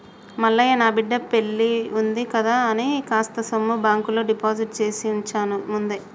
మల్లయ్య నా బిడ్డ పెల్లివుంది కదా అని కాస్త సొమ్ము బాంకులో డిపాజిట్ చేసివుంచాను ముందే